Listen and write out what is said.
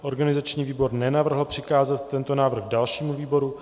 Organizační výbor nenavrhl přikázat tento návrh dalšímu výboru.